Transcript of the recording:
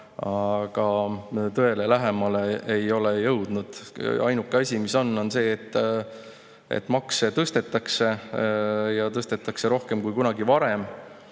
aga tõele lähemale ei ole jõutud. Ainuke [kindel] asi on see, et makse tõstetakse ja tõstetakse rohkem kui kunagi varem.